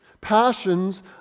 passions